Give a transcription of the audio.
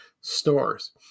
stores